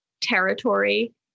territory